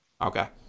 Okay